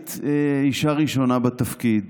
היית האישה הראשונה בתפקיד,